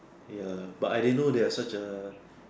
ya but I didn't know they have such a